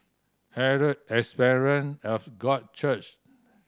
Herald Assembly of God Church